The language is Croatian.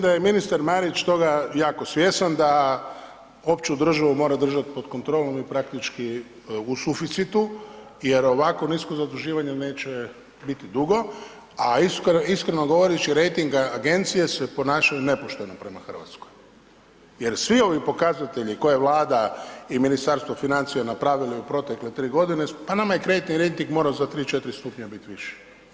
Da, ja mislim da je ministar Marić toga jako svjestan da opću državu mora držati pod kontrolom i praktički u suficitu jer ovako nisko zaduživanje neće biti dugo, a iskreno govoreći, rejting agencije se ponašaju nepošteno prema Hrvatskoj jer svi ovi pokazatelji koje je Vlada i Ministarstvo financija napravili u protekle 3 g., pa nama je kreditni rejting morao za 3, 4 stupnja bit viši.